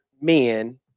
men